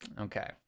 Okay